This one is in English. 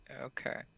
Okay